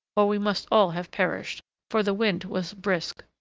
or we must all have perished for the wind was brisk.